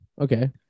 Okay